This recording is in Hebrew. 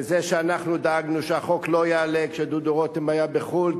וזה שאנחנו דאגנו שהחוק לא יעלה כשדודו רותם היה בחוץ-לארץ,